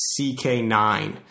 CK9